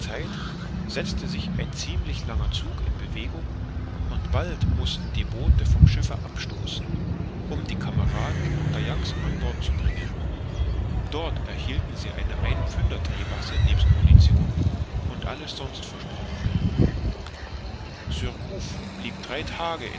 setzte sich ein ziemlich langer zug in bewegung und bald mußten die boote vom schiffe abstoßen um die kameraden und dayaks an bord zu bringen dort erhielten sie eine einpfünder drehbasse nebst munition und alles sonst versprochene surcouf blieb drei tage